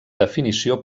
definició